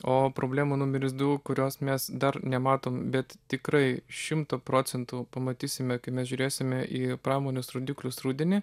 o problema numeris du kurios mes dar nematom bet tikrai šimtu procentų pamatysime kai mes žiūrėsime į pramonės rodiklius rudenį